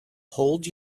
hold